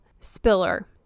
spiller